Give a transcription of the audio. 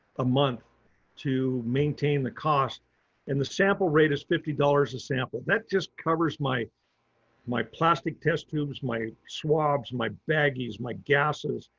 a month to maintain the cost and the sample rate is fifty dollars a sample. that just covers my my plastic test tubes, my swabs, my baggies, my gases,